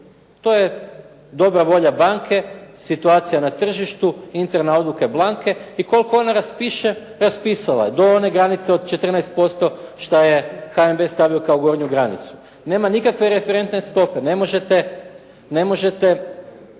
To je dobra volja banke, situacija na tržištu, interna odluka banke i koliko ona raspiše, raspisala je, do one granice od 14% što je HNB stavio kao gornju granicu. Nema nikakve referentne stope. Ne možete